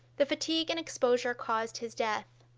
the fatigue and exposure caused his death.